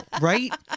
Right